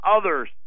others